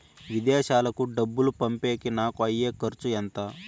విదేశాలకు డబ్బులు పంపేకి నాకు అయ్యే ఖర్చు ఎంత?